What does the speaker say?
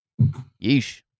Yeesh